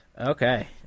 okay